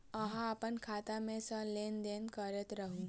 अहाँ अप्पन खाता मे सँ लेन देन करैत रहू?